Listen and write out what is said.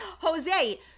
jose